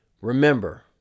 Remember